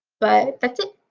but that's it.